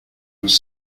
nous